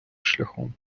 шляхом